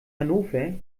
hannover